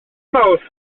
mawrth